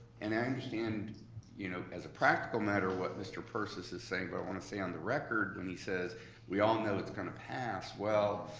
and i understand you know as a practical matter what mr. persis is saying, but i wanna say on the record when he says we all know it's gonna kind of pass, well,